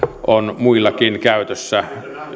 on muillakin käytössä